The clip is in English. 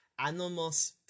Anomos